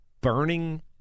burning